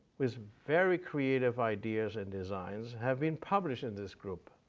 with very creative ideas and designs have been published in this group.